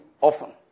often